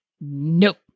nope